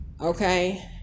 Okay